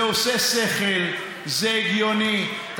זה עושה שכל, זה הגיוני, תודה.